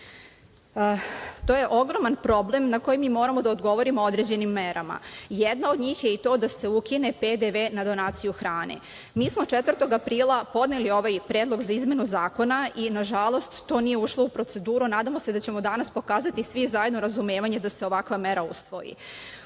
To je ogroman problem na koji mi moramo da odgovorimo određenim merama, jedna od njih je ta da se ukine PDV na donaciju hrane. Mi smo 4. aprila podneli ovaj predlog za izmenu zakona i nažalost, to nije ušlo u proceduru. Nadamo se da ćemo danas pokazati svi zajedno razumevanje da se ovakva mera usvoji.U